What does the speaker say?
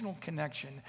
connection